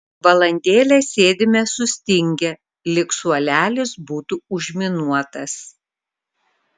valandėlę sėdime sustingę lyg suolelis būtų užminuotas